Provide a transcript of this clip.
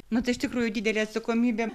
na tai iš tikrųjų didelė atsakomybė